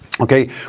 Okay